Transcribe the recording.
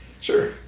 Sure